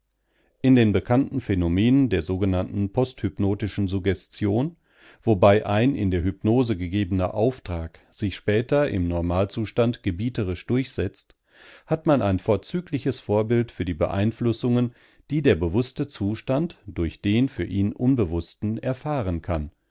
in den bekannten phänomenen der sogenannten posthypnotischen suggestion wobei ein in der hypnose gegebener auftrag sich später im normalzustand gebieterisch durchsetzt hat man ein vorzügliches vorbild für die beeinflussungen die der bewußte zustand durch den für ihn unbewußten erfahren kann